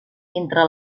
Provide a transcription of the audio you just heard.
entre